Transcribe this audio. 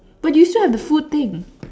but you still have the food thing